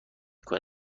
کنی